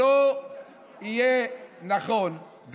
שלא יהיה נכון,